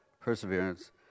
perseverance